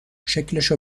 شکلشو